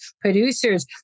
producers